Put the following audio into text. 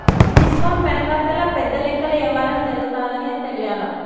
ఈ డిస్కౌంట్ వెనకాతల పెద్ద లెక్కల యవ్వారం జరగతాదని తెలియలా